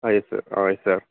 yes sir yes sir